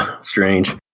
Strange